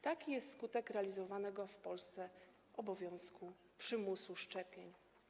Taki jest skutek realizowanego w Polsce obowiązku, przymusu szczepień.